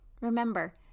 Remember